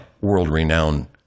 world-renowned